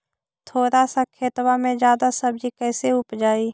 थोड़ा सा खेतबा में जादा सब्ज़ी कैसे उपजाई?